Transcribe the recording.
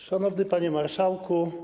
Szanowny Panie Marszałku!